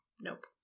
Nope